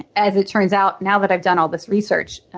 as it turns out, now that i've done all this research,